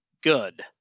Good